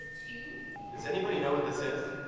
does anybody know what this is?